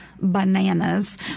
bananas